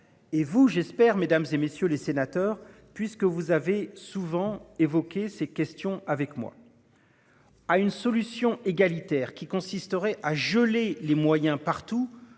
Et vous j'espère mesdames et messieurs les sénateurs, puisque vous avez souvent évoqué ces questions avec moi. À une solution égalitaire qui consisterait à geler les moyens partout.